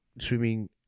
swimming